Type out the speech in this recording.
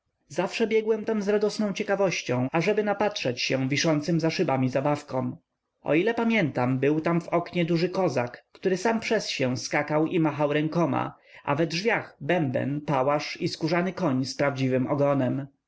zawsze biegłem tam z radosną ciekawością ażeby napatrzeć się wiszącym za szybami zabawkom o ile pamiętam był tam w oknie duży kozak który sam przez się skakał i machał rękoma a we drzwiach bęben pałasz i skórzany koń z prawdziwym ogonem